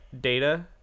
data